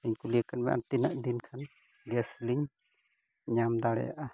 ᱞᱤᱧ ᱠᱩᱞᱤ ᱛᱤᱱᱟᱹᱜ ᱫᱤᱱ ᱠᱷᱟᱱ ᱜᱮᱥ ᱞᱤᱧ ᱧᱟᱢ ᱫᱟᱲᱮᱭᱟᱜᱼᱟ